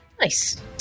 Nice